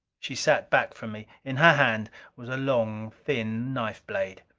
she sat back from me in her hand was a long thin knife blade.